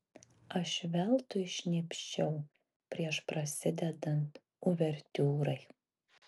aš veltui šnypščiau prieš prasidedant uvertiūrai